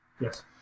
Yes